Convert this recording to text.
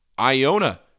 Iona